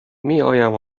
میآیم